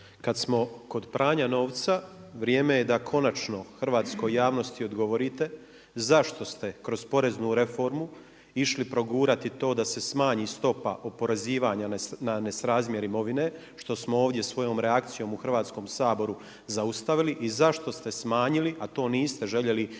Kada smo kod pranja novca, vrijeme je da konačno hrvatskoj javnosti odgovorite zašto ste kroz poreznu reformu išli progurati to da se smanji stopa oporezivanja na nesrazmjer imovine, što smo ovdje svojom reakcijom u Hrvatskom saboru zaustavili i zašto se smanjili, a to niste željeli iako